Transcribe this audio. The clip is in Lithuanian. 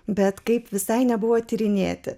bet kai visai nebuvo tyrinėti